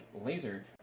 laser